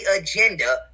agenda